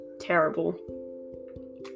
terrible